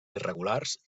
irregulars